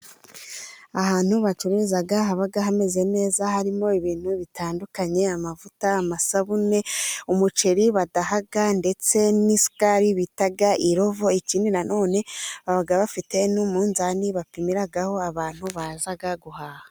Ahantu bacuruza haba hameze neza harimo ibintu bitandukanye amavuta, amasabune, umuceri badaha ndetse n'isukari bita irovo, ikindi nanone baba bafite n'umunzani bapimiraho abantu baza guhaha.